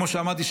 כמו שאמרתי,